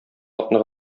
атны